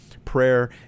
prayer